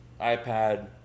iPad